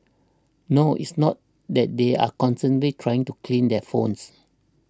no it's not that they are constantly trying to clean their phones